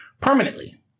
permanently